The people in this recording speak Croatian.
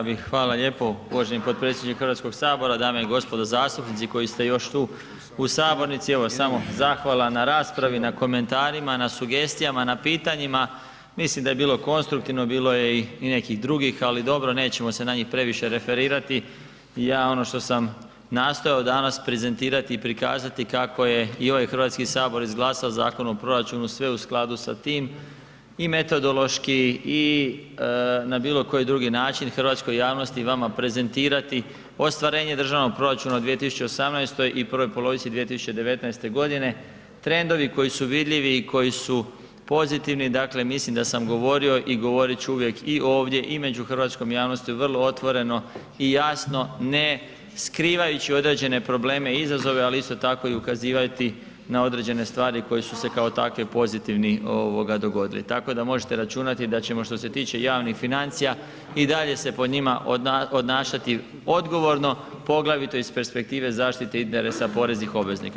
Evo ja bih, hvala lijepo uvaženi potpredsjedniče HS, dame i gospodo zastupnici koji ste još tu u sabornici, evo samo zahvala na raspravi, na komentarima, na sugestijama, na pitanjima, mislim da je bilo konstruktivno, bilo je i, i nekih drugih, ali dobro nećemo se na njih previše referirati, ja ono što sam nastojao danas prezentirati i prikazati kako je i ovaj HS izglasao Zakon o proračunu, sve u skladu sa tim i metodološki i na bilo koji drugi način hrvatskoj javnosti i vama prezentirati ostvarenje državnog proračuna u 2018. i u prvoj polovici 2019.g., trendovi koji su vidljivi i koji su pozitivni, dakle mislim da sam govorio i govorit ću uvijek i ovdje i među hrvatskom javnosti vrlo otvoreno i jasno ne skrivajući određene probleme i izazove, ali isto tako i ukazivati na određene stvari koje su se kao takve pozitivni dogodile, tako da možete računati da ćemo što se tiče javnih financija i dalje se po njima odnašati odgovorno, poglavito iz perspektive zaštite interesa poreznih obveznika.